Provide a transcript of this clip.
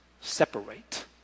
separate